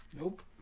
Nope